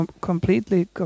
completely